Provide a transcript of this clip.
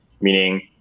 meaning